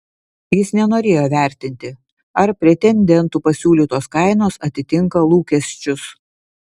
jis nenorėjo vertinti ar pretendentų pasiūlytos kainos atitinka lūkesčius